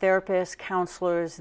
their piss counselors